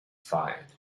fired